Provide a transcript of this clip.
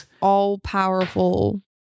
all-powerful